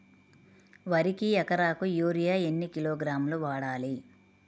వరికి ఎకరాకు యూరియా ఎన్ని కిలోగ్రాములు వాడాలి?